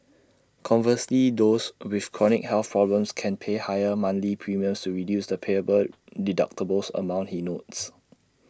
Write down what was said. conversely those with chronic health problems can pay higher monthly premiums to reduce the payable deductible amounts he notes